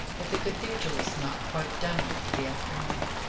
but the cathedral is not quite done with for the afternoon.